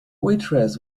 waitress